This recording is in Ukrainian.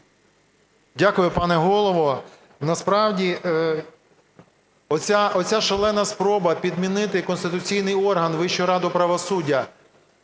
Дякую, пане Голово. Насправді оця шалена спроба підмінити конституційний орган Вищу раду правосуддя